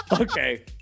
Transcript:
Okay